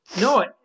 no